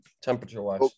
temperature-wise